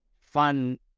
fun